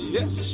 Yes